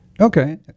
Okay